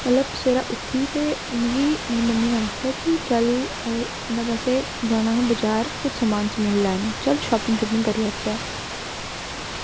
मतलब सवेरै उट्ठी ते मिगी मेरी मम्मी नै आक्खेआ की चल ते असें जाना हा बाजार कुछ समान लैने गी चल शॉपिंग करी लैचे